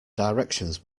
directions